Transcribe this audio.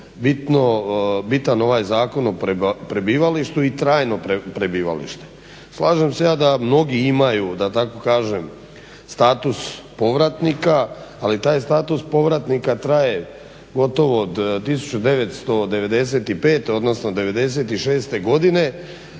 bitan ovaj Zakon o prebivalištu i trajnom prebivalištu. Slažem se ja da mnogi imaju, da tako kažem status povratnika, ali taj status povratnika traje gotovo od 1995. odnosno 1996. godine